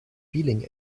feeling